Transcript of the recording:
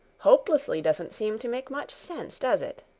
hopelessly doesn't seem to make much sense, does it?